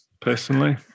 Personally